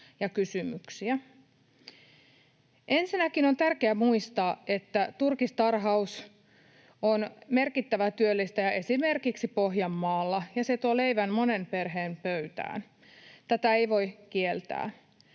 ja kysymyksiä. Ensinnäkin on tärkeää muistaa, että turkistarhaus on merkittävä työllistäjä esimerkiksi Pohjanmaalla ja se tuo leivän monen perheen pöytään. Tätä ei voi kieltää.